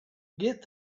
get